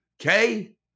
okay